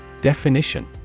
Definition